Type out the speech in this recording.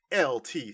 LT